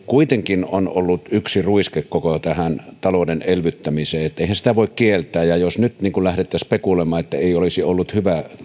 kuitenkin on ollut yksi ruiske koko tähän talouden elvyttämiseen eihän sitä voi kieltää ja jos nyt lähdettäisiin spekuloimaan että ei olisi ollut hyvä